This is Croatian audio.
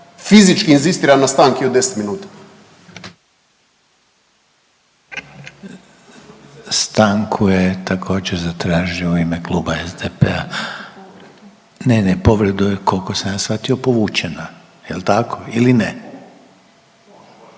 Fizički inzistiram na stanki od 10 minuta. **Reiner, Željko (HDZ)** Stanku je također zatražio u ime kluba SDP-a, ne, ne povredu je koliko sam ja shvatio povučena. Jel tako? Ili ne?